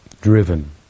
driven